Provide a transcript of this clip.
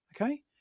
Okay